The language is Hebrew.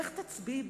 איך תצביעי בכנסת?